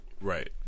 Right